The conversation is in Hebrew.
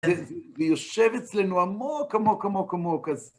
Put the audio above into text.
ויושב אצלנו עמוק עמוק עמוק עמוק.אז